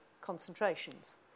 concentrations